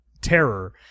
terror